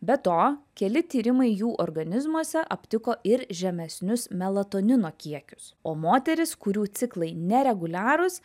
be to keli tyrimai jų organizmuose aptiko ir žemesnius melatonino kiekius o moterys kurių ciklai nereguliarūs